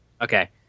Okay